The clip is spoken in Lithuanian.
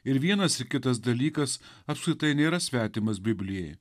ir vienas ir kitas dalykas apskritai nėra svetimas biblijai